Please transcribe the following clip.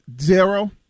zero